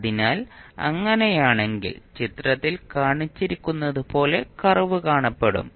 അതിനാൽ അങ്ങനെയാണെങ്കിൽ ചിത്രത്തിൽ കാണിച്ചിരിക്കുന്നതുപോലെ കർവ് കാണപ്പെടും